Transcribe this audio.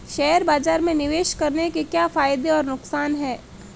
Share बाज़ार में निवेश करने के क्या फायदे और नुकसान हैं?